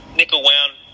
nickel-wound